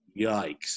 yikes